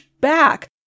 back